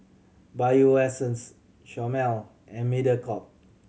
Bio Essence Chomel and Mediacorp